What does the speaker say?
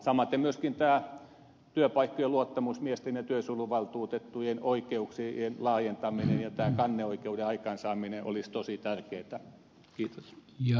samaten myöskin työpaikkojen luottamusmiesten ja työsuojeluvaltuutettujen oikeuksien laajentaminen ja kanneoikeuden aikaansaaminen olisi tosi tärkeätä